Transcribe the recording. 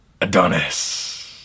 Adonis